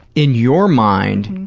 in your mind,